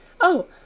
Oh